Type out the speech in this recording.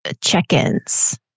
check-ins